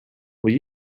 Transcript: will